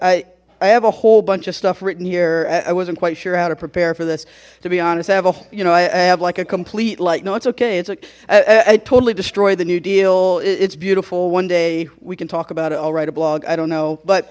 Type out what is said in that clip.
examples i have a whole bunch of stuff written here i wasn't quite sure how to prepare for this to be honest i have a you know i have like a complete like no it's okay it's like i totally destroyed the new deal it's beautiful one day we can talk about it i'll write a blog i don't know but